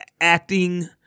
acting